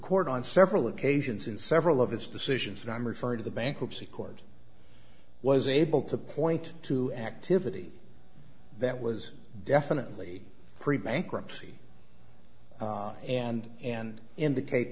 court on several occasions and several of his decisions and i'm referring to the bankruptcy court was able to point to activity that was definitely pre bankruptcy and and indicate